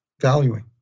Valuing